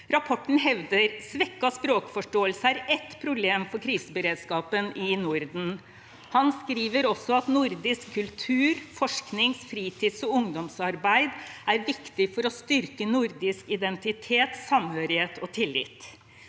Rapporten hevder at svekket språkforståelse er et av problemene for kriseberedskapen i Norden. Han skriver også at nordisk kultur- og forskningsarbeid-, fritids- og ungdomsarbeid er viktig for å styrke nordisk identitet, samhørighet og tillit.